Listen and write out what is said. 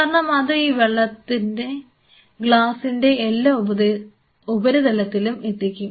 കാരണം അത് ഈ വെള്ളം ഗ്ലാസിൻറെ എല്ലാ ഉപരിതലത്തിലും എത്തിക്കും